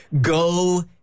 go